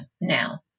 now